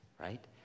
right